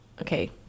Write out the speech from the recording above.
okay